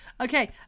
Okay